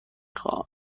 خواهم